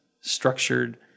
structured